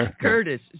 Curtis